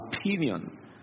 opinion